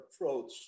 approach